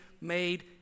made